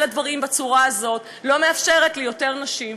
הדברים בצורה הזאת לא מאפשרת ליותר נשים.